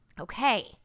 Okay